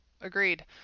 Agreed